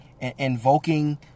Invoking